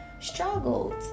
Struggled